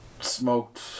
smoked